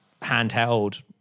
handheld